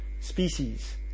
species